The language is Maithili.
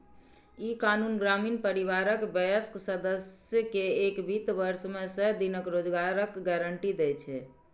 ई कानून ग्रामीण परिवारक वयस्क सदस्य कें एक वित्त वर्ष मे सय दिन रोजगारक गारंटी दै छै